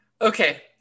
Okay